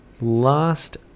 Last